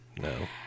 No